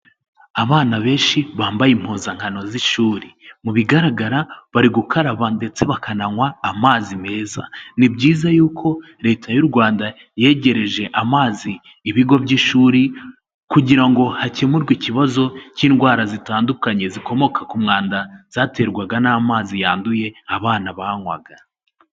Abana benshi bambaye impuzankano z'ishuri, mu bigaragara bari gukaraba ndetse bakananywa amazi meza, ni byiza y'uko Leta y'u Rwanda yegereje amazi ibigo by'ishuri, kugira ngo hakemurwe ikibazo cy'indwara zitandukanye zikomoka ku mwanda zaterwaga n'amazi yanduye abana banywaga.